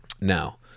Now